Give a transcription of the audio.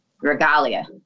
regalia